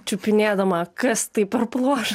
čiupinėdama kas tai per pluoštas